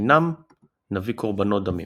לחנם נביא קרבנות דמים.